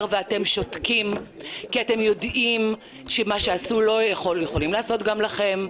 ואתם שותקים כי אתם יודעים שמה שעשו לו יכולים לעשות גם לכם.